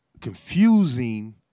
confusing